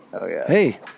Hey